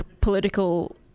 political